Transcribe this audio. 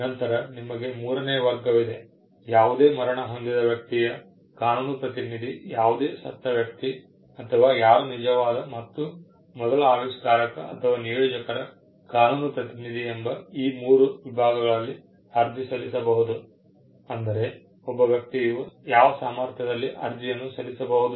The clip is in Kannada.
ನಂತರ ನಿಮಗೆ ಮೂರನೇ ವರ್ಗವಿದೆ ಯಾವುದೇ ಮರಣ ಹೊಂದಿದ ವ್ಯಕ್ತಿಯ ಕಾನೂನು ಪ್ರತಿನಿಧಿ ಯಾವುದೇ ಸತ್ತ ವ್ಯಕ್ತಿ ಅಥವಾ ಯಾರು ನಿಜವಾದ ಮತ್ತು ಮೊದಲ ಆವಿಷ್ಕಾರಕ ಅಥವಾ ನಿಯೋಜಕರ ಕಾನೂನು ಪ್ರತಿನಿಧಿ ಎಂಬ ಈ ಮೂರು ವಿಭಾಗಗಳಲ್ಲಿ ಅರ್ಜಿ ಸಲ್ಲಿಸಬಹುದು ಅಂದರೆ ಒಬ್ಬ ವ್ಯಕ್ತಿಯು ಯಾವ ಸಾಮರ್ಥ್ಯದಲ್ಲಿ ಅರ್ಜಿಯನ್ನು ಸಲ್ಲಿಸಬಹುದು